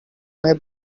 may